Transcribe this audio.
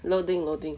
loading loading